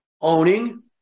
owning